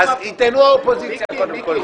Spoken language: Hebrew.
אז יטענו האופוזיציה קודם כול.